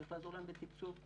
צריך להם בתקצוב.